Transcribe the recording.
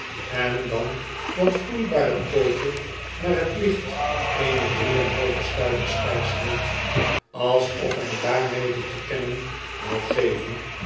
en dan dat vloeibare pootje naar t licht een er drie en een halve stuivers kaars hield alsof hij daarmede te kennen wou geven